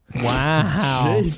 Wow